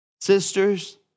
sisters